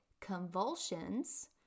convulsions